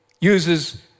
uses